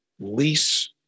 lease